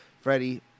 freddie